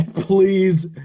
Please